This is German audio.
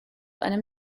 einem